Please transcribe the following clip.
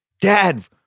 Dad